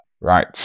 Right